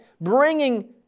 bringing